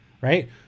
right